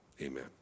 amen